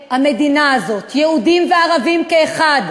אזרחי המדינה הזאת, יהודים וערבים כאחד.